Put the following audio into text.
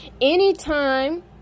anytime